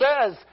says